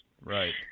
Right